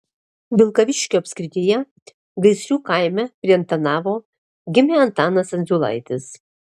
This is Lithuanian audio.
vilkaviškio apskrityje gaisrių kaime prie antanavo gimė antanas endziulaitis